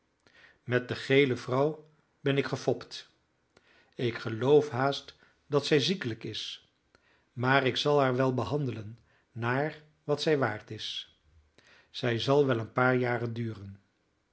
met de gele vrouw ben ik gefopt ik geloof haast dat zij ziekelijk is maar ik zal haar wel behandelen naar wat zij waard is zij zal wel een paar jaren duren